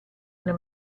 nel